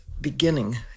beginning